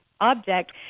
object